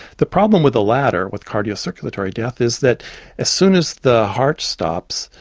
the problem with the latter, with cardiocirculatory death, is that as soon as the heart stops,